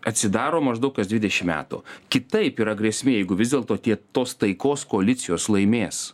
atsidaro maždaug kas dvidešim metų kitaip yra grėsmė jeigu vis dėlto tie tos taikos koalicijos laimės